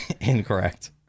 Incorrect